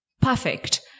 Perfect